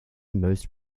most